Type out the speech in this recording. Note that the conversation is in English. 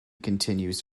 continues